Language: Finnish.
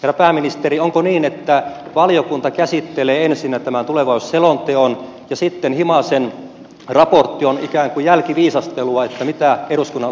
herra pääministeri onko niin että valiokunta käsittelee ensinnä tämän tulevaisuusselonteon ja sitten himasen raportti on ikään kuin jälkiviisastelua siitä mitä eduskunnan olisi pitänyt päättää